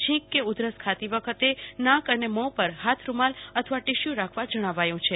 છીંક કે ઉધરસ ખાતી વખતે નાક અને મોં ઉપર હાથ રૂમાલ અથવા ટીસ્યુ રાખવા જણાવાયું છે